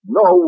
no